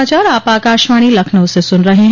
यह समाचार आप आकाशवाणी लखनऊ से सुन रहे हैं